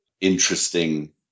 interesting